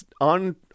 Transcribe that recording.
on